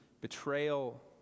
betrayal